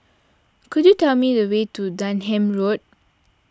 could you tell me the way to Denham Road